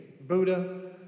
Buddha